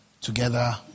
together